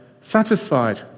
satisfied